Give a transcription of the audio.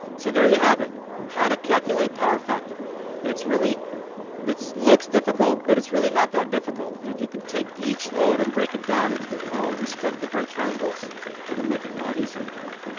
so there you have it how to calculate power factor it's really it looks difficult, but it's really not that difficult and if you can take each load and break it down into their own respective right triangles it'll make it a lot easier for you.